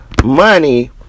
money